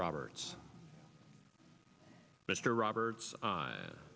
roberts mr roberts a